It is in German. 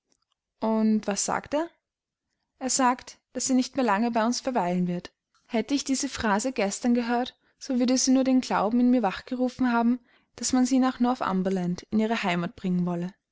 und was sagt er er sagt daß sie nicht mehr lange bei uns verweilen wird hätte ich diese phrase gestern gehört so würde sie nur den glauben in mir wachgerufen haben daß man sie nach northumberland in ihre heimat bringen wolle